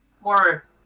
more